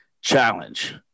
challenge